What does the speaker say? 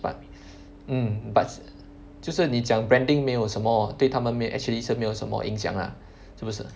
but mm but 就是你讲 branding 没有什么对他们没有 actually 是没有什么影响 ah 是不是